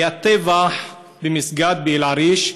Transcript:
היה טבח במסגד באל-עריש,